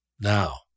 Now